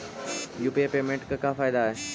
UPI payment से का फायदा है?